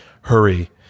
hurry